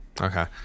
okay